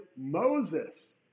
Moses